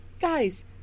Guys